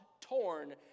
torn